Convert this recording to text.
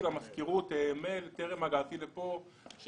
למזכירות מייל טרם הגעתי לכאן.